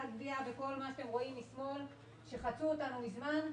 לטביה שחצו אותנו מזמן,